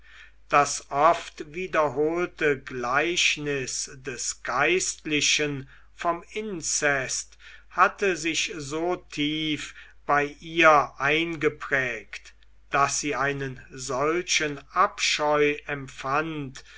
das oft wiederholte gleichnis des geistlichen vom inzest hatte sich so tief bei ihr eingeprägt daß sie einen solchen abscheu empfand